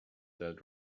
that